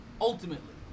Ultimately